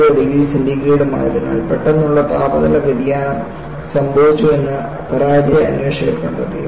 5 degree സെന്റിഗ്രേഡും ആയതിനാൽ പെട്ടെന്നുള്ള താപനില വ്യതിയാനം സംഭവിച്ചു എന്ന് പരാജയ അന്വേഷകർ കണ്ടെത്തി